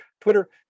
Twitter